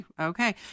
Okay